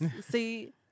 See